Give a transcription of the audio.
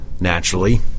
naturally